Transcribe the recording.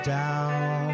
down